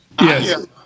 Yes